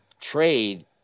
trade